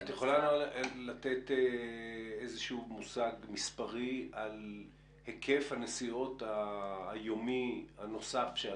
את יכולה לתת איזה שהוא מושג מספרי על היקף הנסיעות היומי הנוסף של